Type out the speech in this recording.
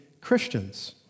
Christians